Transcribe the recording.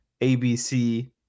ABC